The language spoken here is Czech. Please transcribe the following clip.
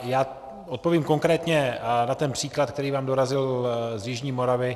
Já odpovídám konkrétně na ten případ, který vám dorazil z Jižní Moravy.